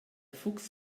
fuchs